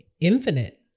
infinite